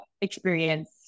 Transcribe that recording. experience